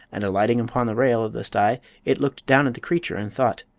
and alighting upon the rail of the sty it looked down at the creature and thought.